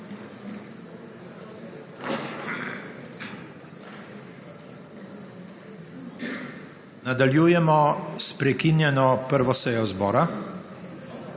Nadaljujemo s prekinjeno 1. sejo zbora.